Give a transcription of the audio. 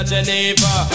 Geneva